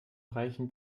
reichen